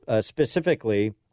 specifically